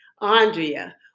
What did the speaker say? Andrea